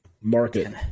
Market